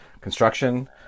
construction